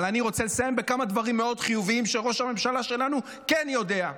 אבל אני רוצה לסיים בכמה דברים מאוד חיוביים שראש הממשלה שלנו כן יודע.